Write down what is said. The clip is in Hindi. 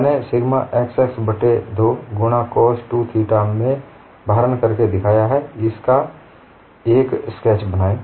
मैंने सिग्मा xx बट्टे 2 गुणा cos 2 थीटा में भारण करके दिखाया है इसका एक स्केच बनाएं